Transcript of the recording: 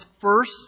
first